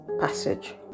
passage